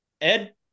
Ed